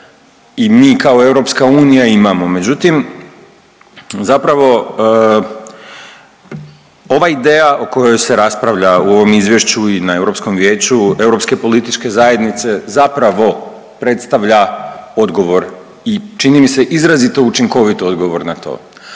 i mi kao EU imamo. Međutim, zapravo ova ideja o kojoj se raspravlja u ovom izvješću i na Europskom vijeću, Europske političke zajednice zapravo predstavlja odgovor i čini mi se izrazito učinkovit odgovor na to.